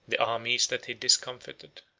the armies that he discomfited,